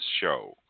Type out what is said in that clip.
show